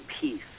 peace